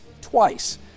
twice